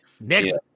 Next